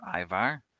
Ivar